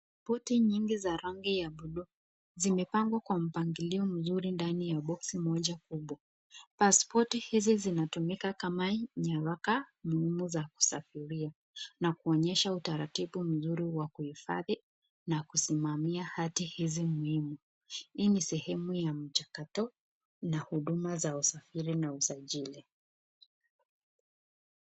Paspoti nyingi za rangi ya buluu, zimepangwa kwa mpangilio ndani ya boksi moja kubwa, paspoti hizi zinatumika kama nyaraka muhimu za kusafiria, na kuonyesha utaratibu mzuri wa kuhifadhi na kusimamia hati hizi muhimu, hii ni sehemu ya mchakato na huduma za usafiri na usajili.